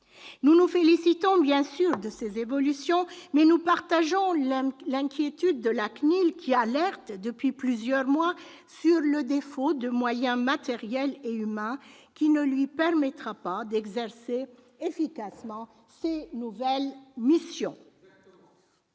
Nous nous félicitons, bien sûr, de ces évolutions, mais nous partageons l'inquiétude de la CNIL, qui alerte, depuis plusieurs mois, sur un défaut de moyens matériels et humains qui ne lui permettra pas d'exercer efficacement ses nouvelles missions.